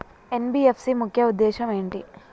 NBFC ముఖ్య ఉద్దేశం ఏంటి?